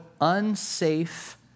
unsafe